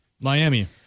Miami